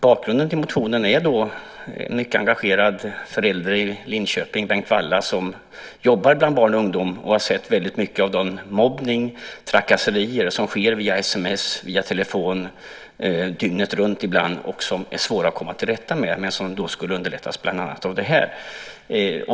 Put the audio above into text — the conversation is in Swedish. Bakgrunden till motionen är en mycket engagerad förälder i Linköping, Bengt Walla, som jobbar bland barn och ungdom och har sett väldigt mycket av den mobbning och de trakasserier som sker via SMS och via telefon, dygnet runt ibland. Det är svårt att komma till rätta med, men det skulle underlätta om vi fick en ändring här.